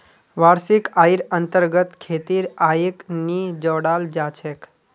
वार्षिक आइर अन्तर्गत खेतीर आइक नी जोडाल जा छेक